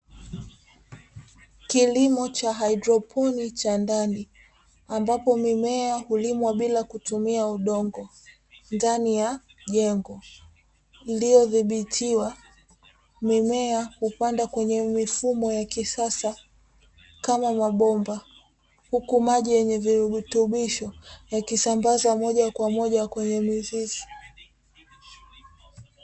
Kilimo cha hydroponi cha ndani, ambapo mimea hulimwa bila kutumia udongo ndani ya jengo iliyodhibitiwa, mimea hupandwa kwenye ya mifumo ya kisasa kama mabomba huku maji yenye virutubisho yakisambazwa moja kwa moja kwenye mizizi.